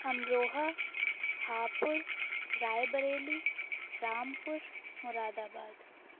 امروہہ ہاپوڑ رائے بریلی رامپور مراد آباد